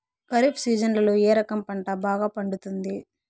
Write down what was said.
ఖరీఫ్ సీజన్లలో ఏ రకం పంట బాగా పండుతుంది